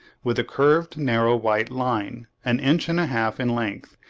with a curved narrow white line, an inch and a half in length,